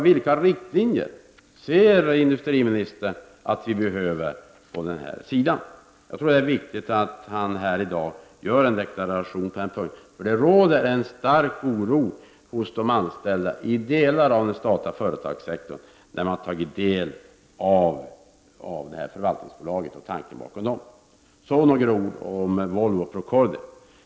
Vilka riktlinjer anser industriministern att vi behöver på den här sidan? Jag tror att det är viktigt att han i dag gör en deklaration på den punkten. Det råder en stor oro hos de anställda i delar av den statliga företagssektorn efter det att man tagit del av tankarna bakom förslaget om förvaltningsbolaget. Så några ord om Volvo-Procordia.